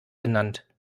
genannt